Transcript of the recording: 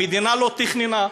המדינה לא תכננה.